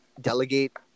delegate